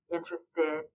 interested